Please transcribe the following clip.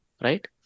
right